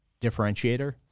differentiator